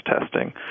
testing